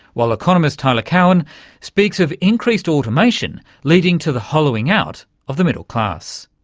while economist tyler cowen speaks of increased automation leading to the hollowing-out of the middle class.